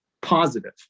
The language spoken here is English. positive